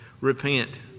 repent